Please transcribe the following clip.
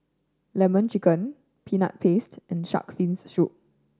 Lemon Chicken Peanut Paste and Shark's Fin Soup